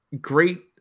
great